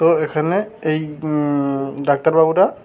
তো এখানে এই ডাক্তারবাবুরা